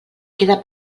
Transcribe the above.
queda